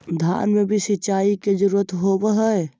धान मे भी सिंचाई के जरूरत होब्हय?